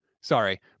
sorry